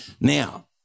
now